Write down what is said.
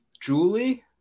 Julie